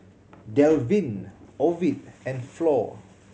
Delvin Ovid and Flor